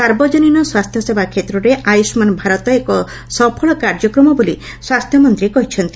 ସାର୍ବଜନୀନ ସ୍ୱାସ୍ଥ୍ୟସେବା କ୍ଷେତ୍ରରେ ଆୟୁଷ୍ଗାନ୍ ଭାରତ ଏକ ସଫଳ କାର୍ଯ୍ୟକ୍ରମ ବୋଲି ସ୍ୱାସ୍ଚ୍ୟମନ୍ତୀ କହିଛନ୍ତି